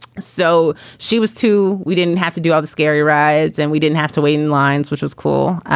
so she was, too. we didn't have to do all the scary rides and we didn't have to wait in lines, which was cool.